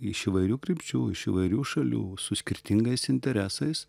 iš įvairių krypčių iš įvairių šalių su skirtingais interesais